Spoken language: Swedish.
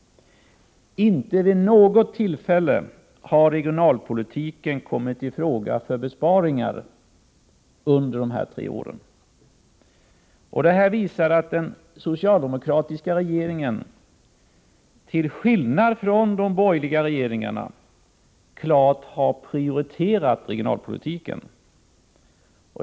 Inte vid något tillfälle har regionalpolitiken kommit i fråga för besparingar under de här tre åren. Detta visar att den socialdemokratiska regeringen, till skillnad från de borgerliga regeringarna, klart har prioriterat regionalpolitiken.